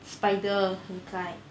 spider that kind